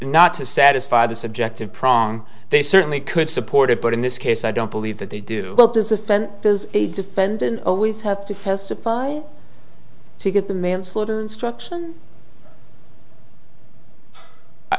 not to satisfy the subjective prong they certainly could support it but in this case i don't believe that they do does offend does a defendant always have to testify to get the manslaughter instruction